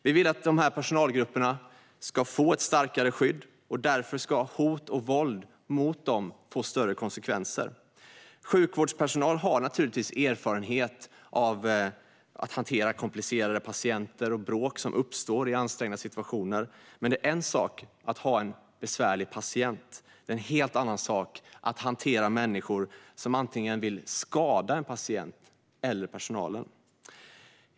Vi vill att dessa personalgrupper ska få ett starkare skydd. Hot och våld mot personalen ska få större konsekvenser. Sjukvårdspersonal har naturligtvis erfarenhet av att hantera komplicerade patienter och bråk som uppstår i ansträngda situationer. Det är en sak att ha en besvärlig patient, men det är en helt annan sak att hantera människor som vill skada antingen patienten eller personalen.